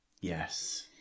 Yes